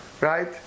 right